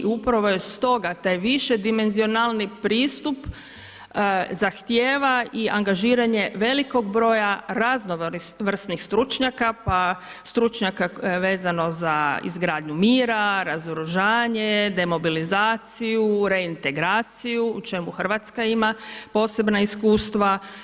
Upravo je stoga taj više dimenzionalni pristup zahtijeva i angažiranje velikog broja raznovrsnih stručnjaka, pa stručnjaka vezano za izgradnju mira, razoružanje, demobilizaciju, reintregraciju, u čemu RH ima posebna iskustva.